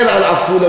מסתכל על עפולה,